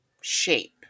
shape